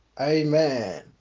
Amen